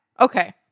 Okay